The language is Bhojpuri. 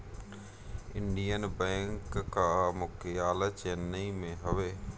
इंडियन बैंक कअ मुख्यालय चेन्नई में हवे